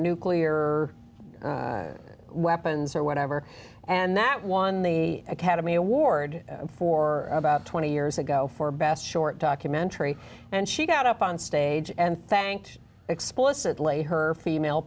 nuclear weapons or whatever and that won the academy award for about twenty years ago for best short documentary and she got up on stage and thanked explicitly her female